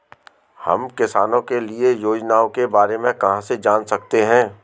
हम किसानों के लिए योजनाओं के बारे में कहाँ से जान सकते हैं?